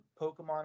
Pokemon